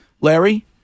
Larry